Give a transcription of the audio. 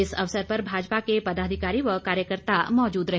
इस अवसर पर भाजपा के पदाधिकारी व कार्यकर्ता मौजूद रहे